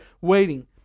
waiting